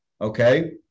okay